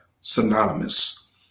synonymous